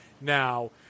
Now